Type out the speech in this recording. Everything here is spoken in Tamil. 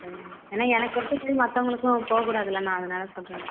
சரிங்கண்ணா ஏன்னா எனக்கு கொடுத்தமாரி மற்றவங்களுக்கும் போக்கூடாதுலண்ணா அதனால் சொல்லுறேண்ணா